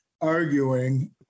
arguing